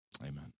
Amen